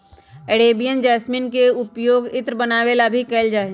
Arabian jasmine के पउपयोग इत्र बनावे ला भी कइल जाहई